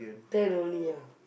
ten only ah